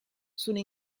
sono